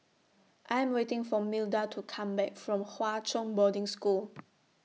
I Am waiting For Milda to Come Back from Hwa Chong Boarding School